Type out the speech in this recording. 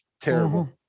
terrible